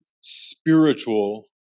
spiritual